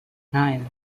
nine